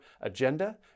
agenda